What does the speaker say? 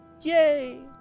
yay